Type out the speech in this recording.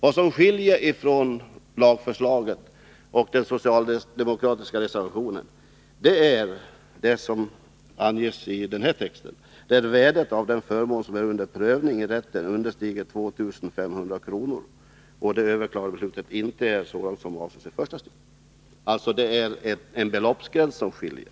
I utskottets lagförslag står det i stället: ”Detsamma gäller vid avgörande av mål där värdet av den förmån som är under prövning i rätten understiger 2 500 kronor --=-". Det är alltså en beloppsgräns som skiljer.